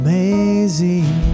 Amazing